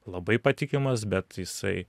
labai patikimas bet jisai